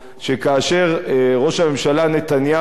שכאשר ראש הממשלה נתניהו,